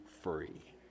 free